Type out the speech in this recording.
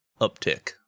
uptick